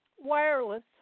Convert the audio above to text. wireless